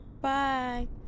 Bye